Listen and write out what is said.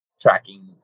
tracking